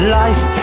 life